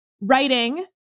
writing